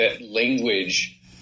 language